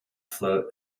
float